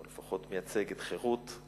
לפחות מייצג את חרות,